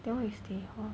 then why you stay hall